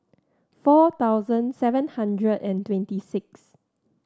four thousand seven hundred and twenty sixth